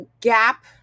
gap